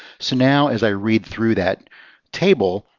so now as i read through that table,